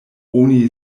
oni